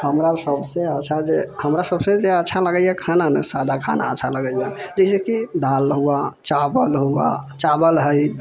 हमरा सबसे अच्छा जे लगैया खाना मे सादा खाना अच्छा लगैया जैसेकी दाल हुआ चावल हुआ चावल है